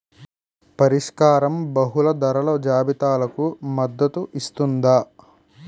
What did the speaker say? పరిష్కారం బహుళ ధరల జాబితాలకు మద్దతు ఇస్తుందా?